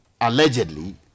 allegedly